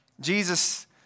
Jesus